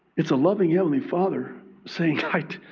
it's a loving heavenly father saying